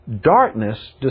darkness